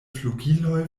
flugiloj